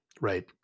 right